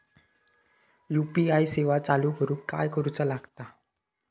UPI सेवा चालू करूक काय करूचा लागता?